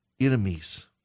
enemies